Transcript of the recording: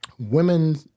Women